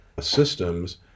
systems